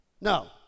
No